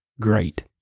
great